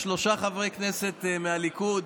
יש שלושה חברי כנסת מהליכוד,